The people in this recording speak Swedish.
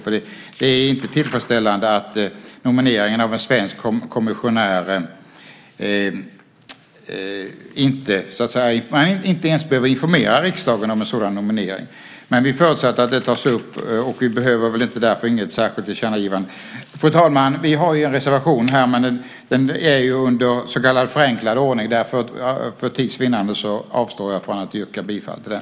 Det är inte tillfredsställande att regeringen inte ens behöver informera riksdagen om nomineringen av en svensk kommissionär. Vi förutsätter att det tas upp, och det behövs därför inget särskilt tillkännagivande. Fru talman! Vi har en reservation, men den är i så kallad förenklad ordning. Därför avstår jag för tids vinnande från att yrka bifall till den.